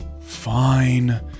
Fine